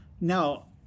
Now